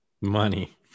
Money